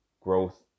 growth